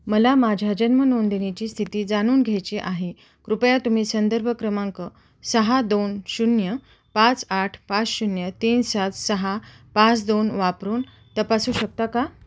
मला माझ्या जन्मनोंदणीची स्थिती जाणून घ्यायची आहे कृपया तुम्ही संदर्भ क्रमांक सहा दोन शून्य पाच आठ पाच शून्य तीन सात सहा पाच दोन वापरून तपासू शकता का